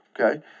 okay